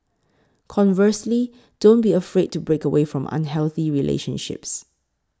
conversely don't be afraid to break away from unhealthy relationships